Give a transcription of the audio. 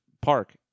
park